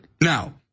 Now